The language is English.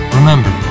Remember